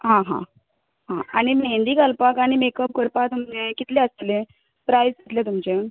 आ हा आ आनी मेंदी घालपाक आनी मेकअप करपाक तुमगें ये कितलें आसतलें प्रायज कितलें तुमचें